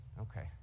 Okay